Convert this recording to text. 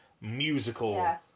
musical